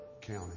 county